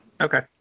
Okay